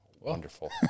Wonderful